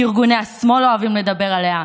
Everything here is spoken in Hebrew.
שארגוני השמאל אוהבים לדבר עליה,